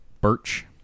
Birch